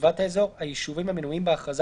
"סביבת האזור" היישובים המנויים בהכרזה